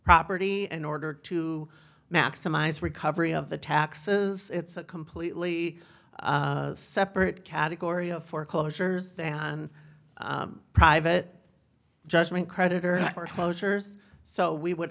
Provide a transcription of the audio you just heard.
property an order to maximize recovery of the taxes it's a completely separate category of foreclosures and private judgment creditor for hosiery so we would